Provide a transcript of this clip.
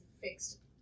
fixed